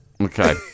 Okay